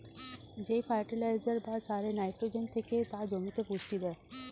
যেই ফার্টিলাইজার বা সারে নাইট্রোজেন থেকে তা জমিতে পুষ্টি দেয়